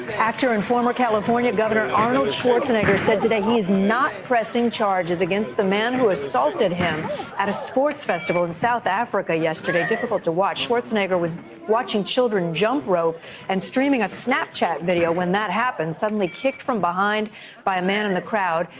actor and former california governor arnold schwarzenegger said today he is not pressing charges against the man who assaulted him at a sports festival in south africa yesterday. difficult to watch. schwarzenegger was watching children jump rope and streaming a snapchat video when that happened. suddenly kicked from behind by a man in the crowd.